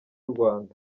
rwanda